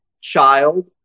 child